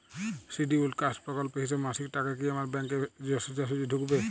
Scheduled caste প্রকল্পের হিসেবে মাসিক টাকা কি আমার ব্যাংকে সোজাসুজি ঢুকবে?